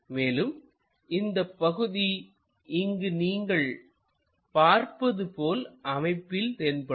மேலும் இந்தப் பகுதி இங்கு நீங்கள் பார்ப்பது போல் அமைப்பில் தென்படும்